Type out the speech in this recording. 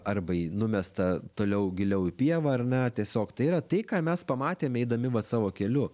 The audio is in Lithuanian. arba į numesta toliau giliau į pievą ar ne tiesiog tai yra tai ką mes pamatėme eidami va savo keliu